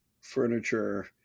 furniture